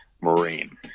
Marine